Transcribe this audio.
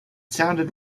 sounded